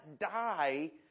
die